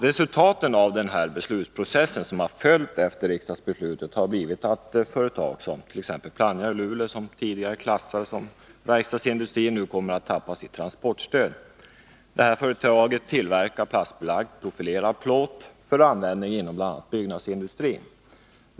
Resultatet av den beslutsprocess som har följt efter riksdagsbeslutet har blivit att företag såsom t.ex. Plannja i Luleå, vilket tidigare klassades såsom verkstadsindustri, nu kommer att tappa sitt transportstöd. Detta företag tillverkar plastbelagd profilerad plåt för användning inom bl.a. byggnadsindustrin.